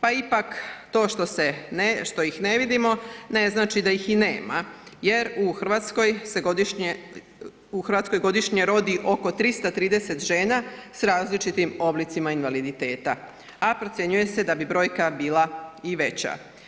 Pa ipak to što ih ne vidimo ne znači da ih i nema jer u Hrvatskoj se godišnje, u Hrvatskoj godišnje rodi oko 330 žena s različitim oblicima invaliditeta, a procjenjuje se da bi brojka bila i veća.